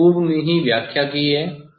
हमने पूर्व में ही व्याख्या की है